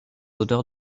auteurs